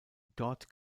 dort